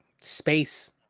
space